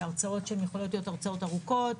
הרצאות שיכולות להיות ארוכות,